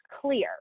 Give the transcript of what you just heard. clear